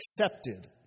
accepted